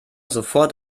sofort